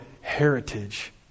heritage